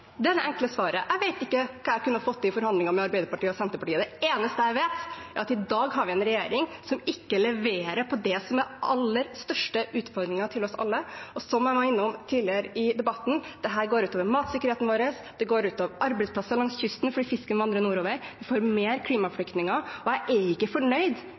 enkle svaret. Jeg vet ikke hva jeg kunne ha fått til i forhandlinger med Arbeiderpartiet og Senterpartiet. Det eneste jeg vet, er at i dag har vi en regjering som ikke leverer på det som er den aller største utfordringen for oss alle. Som jeg var innom tidligere i debatten, går dette ut over matsikkerheten vår. Det går ut over arbeidsplasser langs kysten fordi fisken vandrer nordover. Vi får flere klimaflyktninger. Jeg er ikke fornøyd